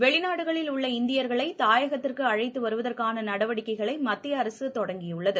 வெளிநாடுகளில் உள்ள இந்தியர்களைதாயகத்திற்கு அழைத்துவருவதற்கானநடவடிக்கைகளைமத்திய அரசுதொடங்கிஉள்ளது